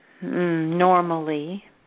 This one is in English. normally